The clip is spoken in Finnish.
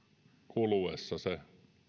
kuluessa se